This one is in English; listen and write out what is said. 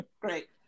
Great